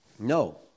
No